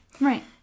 Right